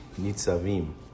Nitzavim